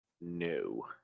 No